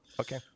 Okay